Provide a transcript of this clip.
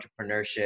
entrepreneurship